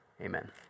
Amen